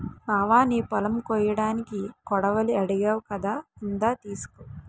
బావా నీ పొలం కొయ్యడానికి కొడవలి అడిగావ్ కదా ఇందా తీసుకో